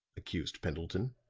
accused pendleton.